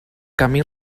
camí